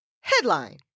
Headline